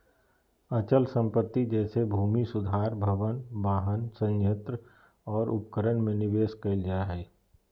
अचल संपत्ति जैसे भूमि सुधार भवन, वाहन, संयंत्र और उपकरण में निवेश कइल जा हइ